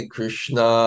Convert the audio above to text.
Krishna